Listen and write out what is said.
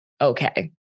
okay